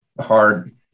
hard